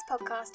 podcast